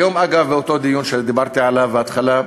היום, אגב, באותו דיון שדיברתי עליו בהתחלה,